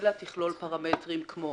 אלא תכלול פרמטרים, כמו: